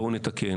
בואו נתקן.